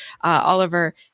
oliver